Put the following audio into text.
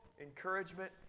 encouragement